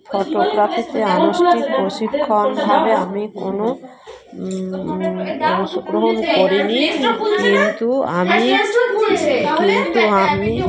ফটোগ্রাফিতে আনুষ্ঠানিক প্রশিক্ষণভাবে আমি কোনো অংশগ্রহণ করিনি কিন্তু আমি কিন্তু আমি